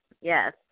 yes